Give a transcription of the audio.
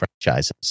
franchises